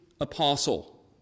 apostle